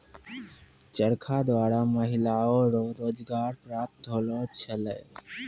चरखा द्वारा महिलाओ रो रोजगार प्रप्त होलौ छलै